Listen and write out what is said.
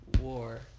War